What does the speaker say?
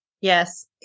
Yes